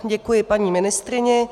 Děkuji, paní ministryni.